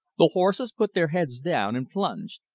the horses put their heads down and plunged.